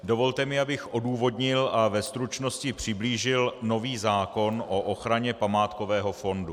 Dovolte mi, abych odůvodnil a ve stručnosti přiblížil nový zákon o ochraně památkového fondu.